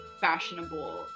fashionable